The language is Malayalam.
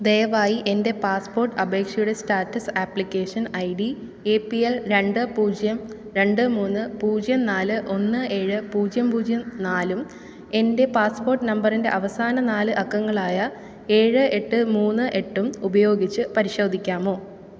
ദയവായി എൻ്റെ പാസ്പോർട്ട് അപേക്ഷയുടെ status application I D A P L രണ്ട് പൂജ്യം രണ്ട് മൂന്ന് പൂജ്യം നാല് ഒന്ന് ഏഴ് പൂജ്യം പൂജ്യം നാലും എൻ്റെ പാസ്പോർട്ട് നമ്പറിൻ്റെ അവസാന നാല് അക്കങ്ങളായ ഏഴ് എട്ട് മൂന്ന് എട്ടും ഉപയോഗിച്ച് പരിശോധിക്കാമോ